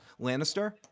Lannister